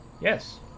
Yes